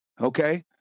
okay